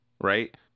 Right